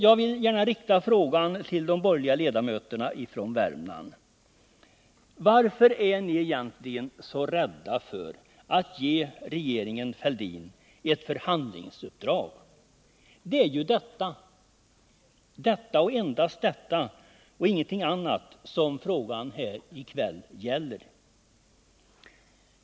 Jag vill gärna fråga de borgerliga ledamöterna från Värmland: Varför är ni egentligen så rädda för att ge regeringen Fälldin ett förhandlingsuppdrag? Det är ju detta och ingenting annat som frågan i kväll gäller.